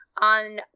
on